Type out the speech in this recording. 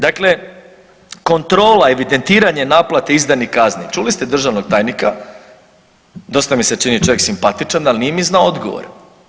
Dakle, kontrola evidentiranje naplate izdanih kazni, čuli ste državnog tajnika, dosta mi se čini čovjek simpatičan, ali nije mi znao odgovore.